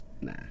nah